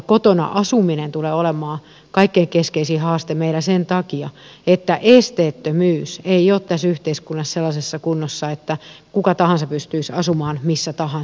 kotona asuminen tulee olemaan kaikkein keskeisin haaste meillä sen takia että esteettömyys ei ole tässä yhteiskunnassa sellaisessa kunnossa että kuka tahansa pystyisi asumaan missä tahansa